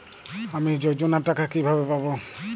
আমি যোজনার টাকা কিভাবে পাবো?